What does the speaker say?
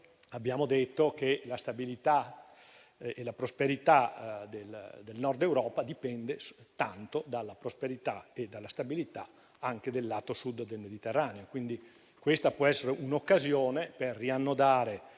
abbiamo detto che la stabilità e la prosperità dell'Europa dipendono soltanto dalla prosperità e dalla stabilità del lato Sud del Mediterraneo. Questa, quindi, può essere un'occasione per riannodare